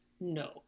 No